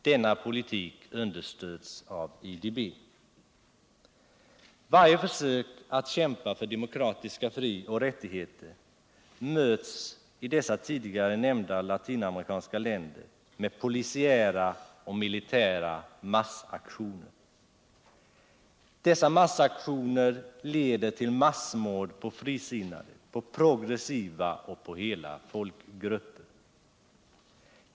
Denna politik understöds av IDB. Varje försök att kämpa för demokratiska fri och rättigheter möts i dessa latinamerikanska länder med polisiära och militära massaktioner, som leder till massmord på frisinnade, på progressiva och på hela folkgrupper.